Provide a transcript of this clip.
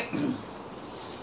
exactly like your father